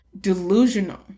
delusional